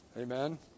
Amen